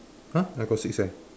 !huh! I got six eh